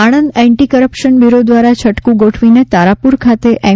Anand anti corruption bureau દ્વારા છટકું ગોઠવીને તારાપુર ખાતે એમ